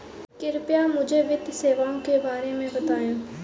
कृपया मुझे वित्तीय सेवाओं के बारे में बताएँ?